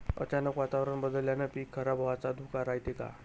अचानक वातावरण बदलल्यानं पीक खराब व्हाचा धोका रायते का?